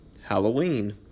Halloween